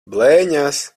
blēņas